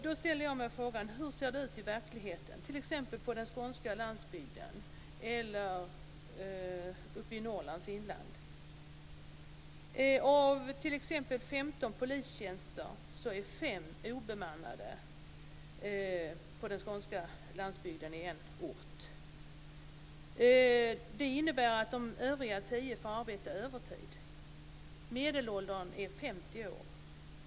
Då ställer jag mig frågan: Hur ser det ut i verkligheten, t.ex. på den skånska landsbygden eller uppe i Norrlands inland? I en ort på den skånska landsbygden är 5 av 15 polistjänster obemannade. Det innebär att de övriga 10 får arbeta övertid. Medelåldern är 50 år.